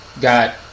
got